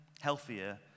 healthier